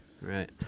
Right